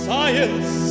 Science